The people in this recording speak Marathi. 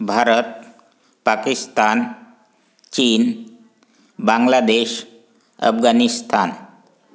भारत पाकिस्तान चीन बांगलादेश अफगाणिस्तान